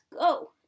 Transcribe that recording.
go